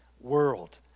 world